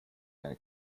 eine